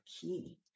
key